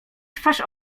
twarz